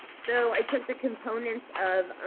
so i took the components of,